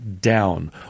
down